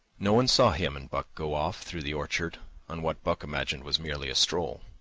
no one saw him and buck go off through the orchard on what buck imagined was merely a stroll.